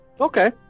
Okay